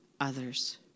others